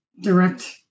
direct